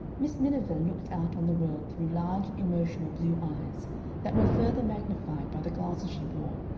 miss miniver looked out on the world through large emotional blue eyes that were further magnified by the glasses she wore,